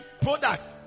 product